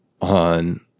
on